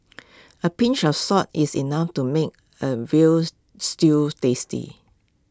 A pinch of salt is enough to make A Veal Stew tasty